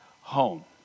home